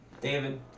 David